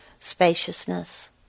spaciousness